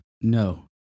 No